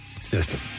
system